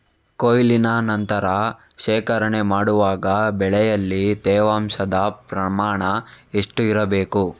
ಕೊಯ್ಲಿನ ನಂತರ ಶೇಖರಣೆ ಮಾಡುವಾಗ ಬೆಳೆಯಲ್ಲಿ ತೇವಾಂಶದ ಪ್ರಮಾಣ ಎಷ್ಟು ಇರಬೇಕು?